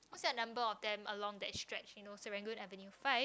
what's your number of them along that stretch you know Serangoon avenue five